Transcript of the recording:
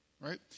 Right